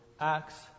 acts